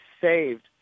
saved